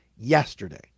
Yesterday